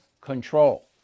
control